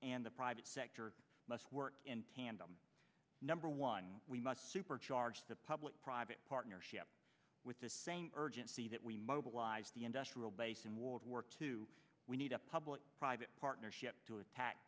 and the private sector must work in tandem number one we must supercharge the public private partnership with the same urgency that we mobilize the industrial base and would work to we need a public private partnership to attack